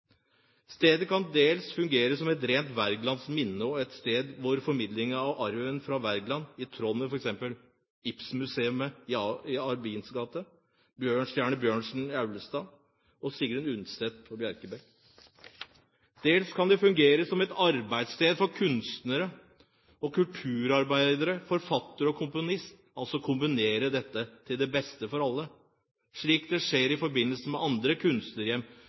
Stedet kan dels fungere som et rent Wergeland-minne og et sted for formidlingen av arven fra Wergeland, i tråd med f.eks. Ibsenmuseet i Henrik Ibsensgate, Bjørnstjerne Bjørnsons Aulestad og Sigrid Undsets Bjerkebæk, og dels kan det fungere som et arbeidssted for kunstnere og kulturarbeidere, forfattere og komponister – altså kombinere dette til det beste for alle, slik det skjer i forbindelse med andre